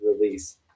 release